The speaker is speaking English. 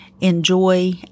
enjoy